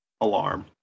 alarm